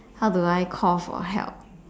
how do I call for help